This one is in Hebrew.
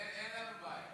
אין לנו בעיה.